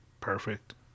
perfect